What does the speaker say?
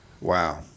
Wow